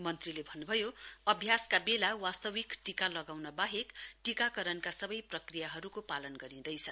मन्त्रीले अन्न्भयो अभ्यासका बेला वास्तविक टीका लगाउन बाहेक टीकारणका सबै प्रक्रियाहरूको पालन गरिँदैछ